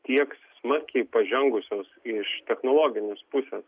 tiek smarkiai pažengusios iš technologinės pusės